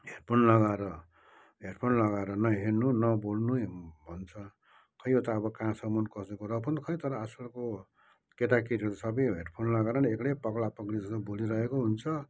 headphone लगाएर headphone लगाएर नहिँड्नु नबोल्नु भन्छ खै यो त अब कहाँसम्म कस्तो कुरा हो र पनि खै तर आजकलको केटाकेटीहरू त सबै हेडफोन लगाएर नै एक्लै पगला पगली जस्तो बोलिरहेको हुन्छ